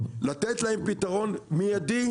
לתת להם פתרון מידי,